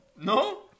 No